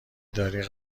داری